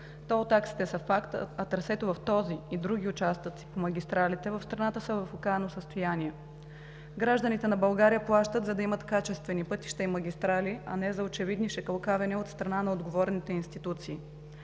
Тол таксите са факт, а трасето в този и други участъци по магистралите в страната са в окаяно състояние. Гражданите на България плащат, за да имат качествени пътища и магистрали, а не за очевидно шикалкавене от страна на отговорните институции.